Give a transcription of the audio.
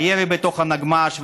הירי בתוך הנגמ"ש,